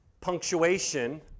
punctuation